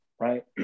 right